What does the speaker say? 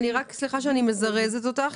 סליחה שאני מזרזת אותך,